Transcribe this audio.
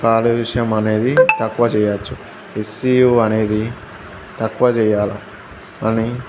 కాలుష్యం అనేది తక్కువ చేయొచ్చు హెచ్ సీ యూ అనేది తక్కువ చేయాలి అని